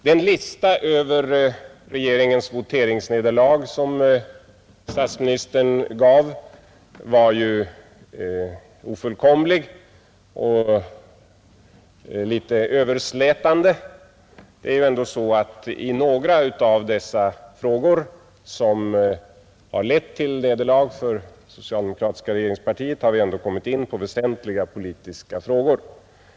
Den lista över regeringens voteringsnederlag som statsministern gav var ofullkomlig och litet överslätande, Det är ändå så att vi, vid några av dessa frågor som har lett till nederlag för det socialdemokratiska regeringspartiet, har kommit in på väsentliga politiska spörsmål.